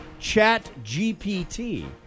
ChatGPT